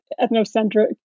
ethnocentric